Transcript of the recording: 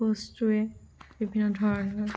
বস্তুৰে বিভিন্ন ধৰণৰ